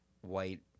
white